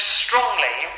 strongly